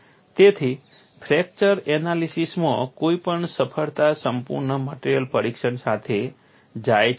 તેથી ફ્રેક્ચર એનાલિસીસમાં કોઈપણ સફળતા સંપૂર્ણ મટેરીઅલ પરીક્ષણ સાથે જાય છે